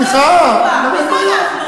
סליחה, אין בעיה.